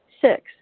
Six